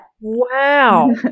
Wow